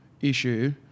issue